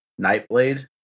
Nightblade